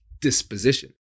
disposition